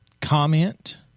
comment